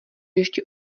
ještě